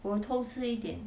我有偷吃一点